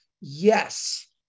yes